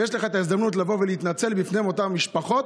ויש לך הזדמנות לבוא ולהתנצל בפני אותן משפחות,